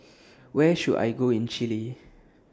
Where should I Go in Chile